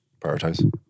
Prioritize